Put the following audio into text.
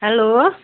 hello